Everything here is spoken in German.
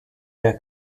der